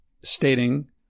stating